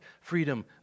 freedom